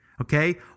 okay